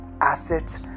assets